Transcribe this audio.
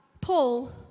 Paul